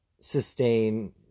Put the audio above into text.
sustain